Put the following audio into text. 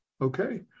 okay